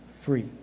free